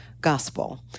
Gospel